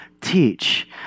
teach